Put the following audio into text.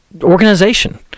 Organization